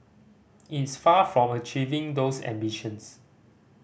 it's far from achieving those ambitions